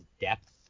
depth